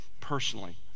personally